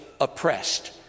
oppressed